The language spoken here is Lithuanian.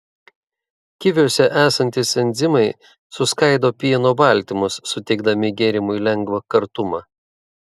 kiviuose esantys enzimai suskaido pieno baltymus suteikdami gėrimui lengvą kartumą